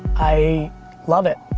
i love it.